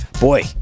Boy